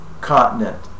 continent